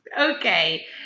Okay